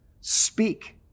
speak